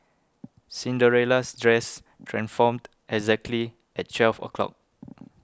Cinderella's dress transformed exactly at twelve o'clock